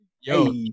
yo